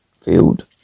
Field